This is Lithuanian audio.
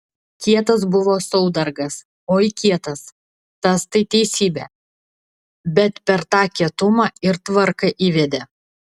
kietas buvo saudargas oi kietas tas tai teisybė bet per tą kietumą ir tvarką įvedė